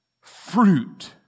fruit